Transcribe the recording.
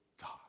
God